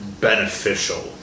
beneficial